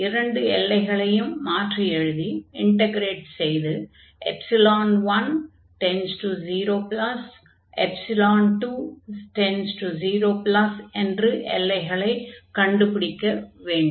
இரண்டு எல்லைகளையும் மாற்றி எழுதி இன்டக்ரேட் செய்து 10 20 என்ற எல்லைகளைக் கண்டுபிடிக்க வேண்டும்